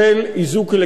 והדבר הזה,